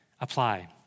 Apply